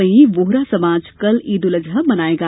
वहीं वोहरा समाज कल ईद उज अजहा मनायेगा